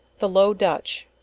the low dutch,